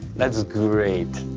that's great.